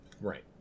Right